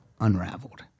Unraveled